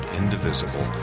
indivisible